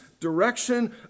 direction